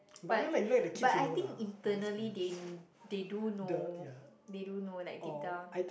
but but I think internally they they do know they do know like deep down